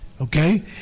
Okay